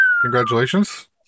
Congratulations